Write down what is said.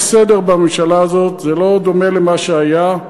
יש סדר בממשלה הזאת, זה לא דומה למה שהיה,